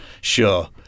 sure